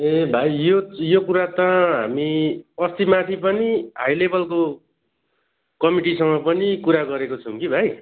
ए भाइ यो यो कुरा त हामी अस्ति माथि पनि हाई लेबलको कमिटीसँग पनि कुरा गरेको छौँ कि भाइ